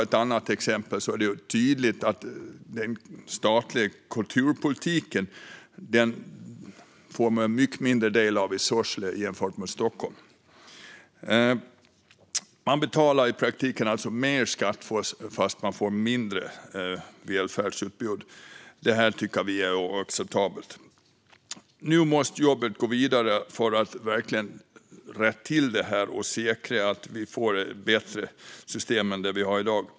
Ett annat exempel är den statliga kulturpolitiken, som man får mycket mindre del av i Sorsele jämfört med Stockholm. Man betalar i praktiken alltså mer skatt men får mindre välfärdsutbud. Det tycker vi är oacceptabelt. Nu måste jobbet gå vidare för att verkligen rätta till det här och säkra att vi får ett bättre system än det vi har i dag.